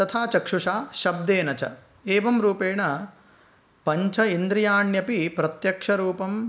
तथा चक्षुषा शब्देन च एवं रूपेण पञ्चेन्द्रियाण्यपि प्रत्यक्षरूपम्